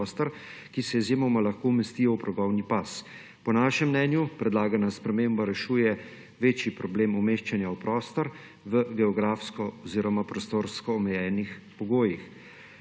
ki se izjemoma lahko umesti v progovni pas. Po našem mnenju predlagana sprememba rešuje večji problem umeščanja v prostor v geografsko oziroma prostorsko omejenih pogojih.